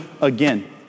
again